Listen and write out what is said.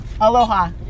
Aloha